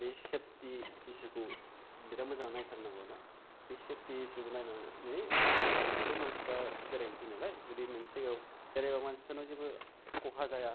बे सेबथि इसुखौ बिराथ मोजां नायथारनांगौ आरो ना बे सेबथि इसुखौ नायनानै सो मानसि फोरा बेरायफैयो नालाय जुदि मोनसे जायगायाव बेरायबा मानसिफोरनाव जेबो खहा जाया